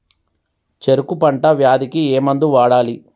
చెరుకు పంట వ్యాధి కి ఏ మందు వాడాలి?